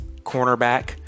cornerback